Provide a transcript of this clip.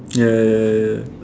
ya ya ya